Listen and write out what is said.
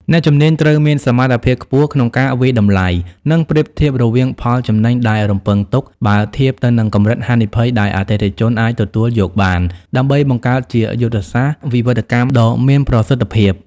អ្នកជំនាញត្រូវមានសមត្ថភាពខ្ពស់ក្នុងការវាយតម្លៃ និងប្រៀបធៀបរវាងផលចំណេញដែលរំពឹងទុក បើធៀបទៅនឹងកម្រិតហានិភ័យដែលអតិថិជនអាចទទួលយកបាន ដើម្បីបង្កើតជាយុទ្ធសាស្ត្រវិវិធកម្មដ៏មានប្រសិទ្ធភាព។